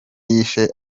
yishe